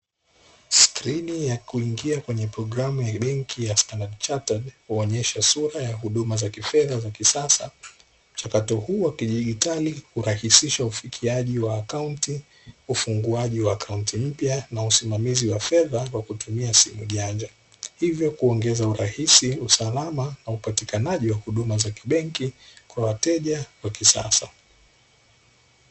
Skrini ya kuingia kwenye programu ya benki ya "Standards Chartered" kuonyesha sura ya huduma za kisasa. Mchakato huu wa kidigitali hurahisisha ufikiaji wa akaunti, ufunguaji wa akaunti mpya na usimamaizi wa fedha kwa kutumia simu janja, hivo kuongeza urahisi, usalama na upatikanaji wa huduma za kibenki kwa wateja kwa kisasa.